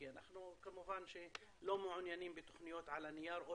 כי כמובן אנחנו לא מעוניינים בתוכניות על הנייר או